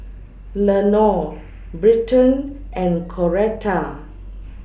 Lenore Britton and Coretta